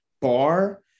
bar